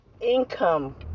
income